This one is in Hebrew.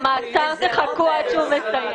--- תשמע,